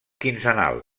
quinzenal